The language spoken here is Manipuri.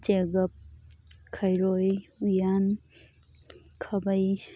ꯆꯦꯒꯞ ꯈꯩꯔꯣꯏ ꯎꯌꯥꯟ ꯈꯥꯕꯩ